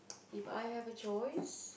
If I have a choice